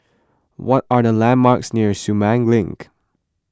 what are the landmarks near Sumang Link